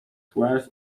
twelve